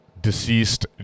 deceased